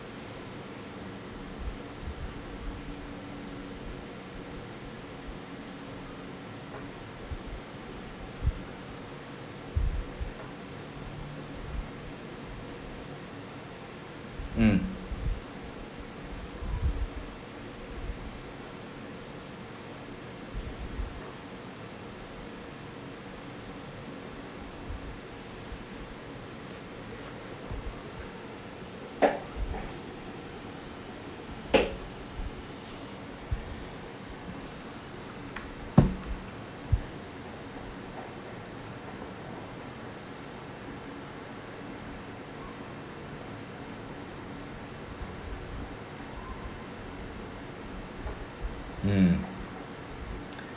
mm mm